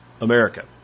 America